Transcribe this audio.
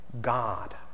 God